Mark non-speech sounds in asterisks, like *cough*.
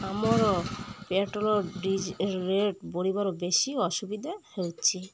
ଆମର petrol *unintelligible* rate ବଢ଼ିବାର ବେଶି ଅସୁବିଧା ହେଉଛି